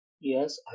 yes